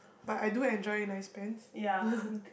but I do enjoy nice pens